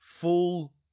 full